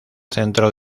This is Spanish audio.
centro